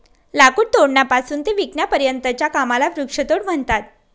लाकूड तोडण्यापासून ते विकण्यापर्यंतच्या कामाला वृक्षतोड म्हणतात